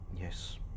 Yes